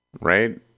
Right